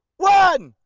one!